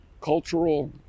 cultural